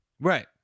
Right